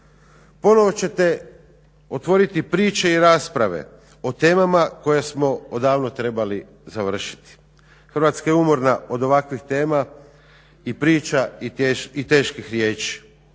Ponovo ćete otvoriti priče i rasprave o temama koje smo odavno trebali završiti. Hrvatska je umorna od ovakvih tema i priča i teških riječi